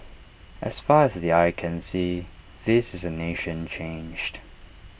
as far as the eye can see this is A nation changed